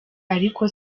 ariko